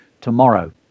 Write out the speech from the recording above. tomorrow